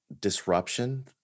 disruption